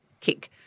kick